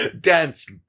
Dance